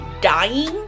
dying